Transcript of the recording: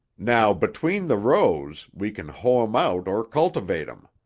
now, between the rows we can hoe em out or cultivate em.